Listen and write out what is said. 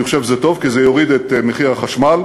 אני חושב שזה טוב, כי זה יוריד את מחיר החשמל.